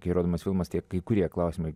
kai rodomas filmas tiek kai kurie klausimai